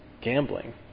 gambling